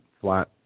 flat